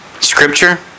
Scripture